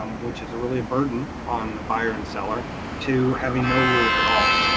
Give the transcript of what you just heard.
um which is a really a burden on the buyer and seller to having no rules at all.